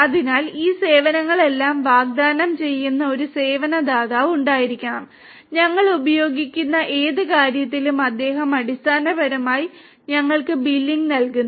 അതിനാൽ ഈ സേവനങ്ങളെല്ലാം വാഗ്ദാനം ചെയ്യുന്ന ഒരു സേവന ദാതാവ് ഉണ്ടായിരിക്കണം ഞങ്ങൾ ഉപയോഗിക്കുന്ന ഏത് കാര്യത്തിനും അദ്ദേഹം അടിസ്ഥാനപരമായി ഞങ്ങൾക്ക് ബില്ലിംഗ് നൽകുന്നു